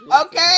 Okay